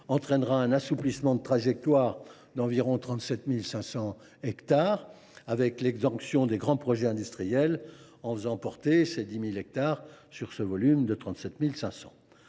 entraînera un assouplissement de la trajectoire d’environ 37 500 hectares, avec l’exemption des grands projets industriels, en faisant porter ces 10 000 hectares sur ce volume de 37 500